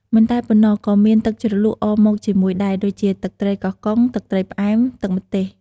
មិនតែប៉ុណ្ណោះ ក៏មានទឹកជ្រលក់អមមកជាមួយដែរ ដូចជា ទឹកត្រីកោះកុង ទឹកត្រីផ្អែម ទឹកម្ទេស។